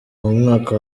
umwaka